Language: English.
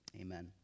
Amen